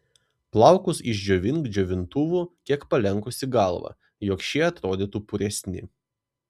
plaukus išdžiovink džiovintuvu kiek palenkusi galvą jog šie atrodytų puresni